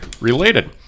related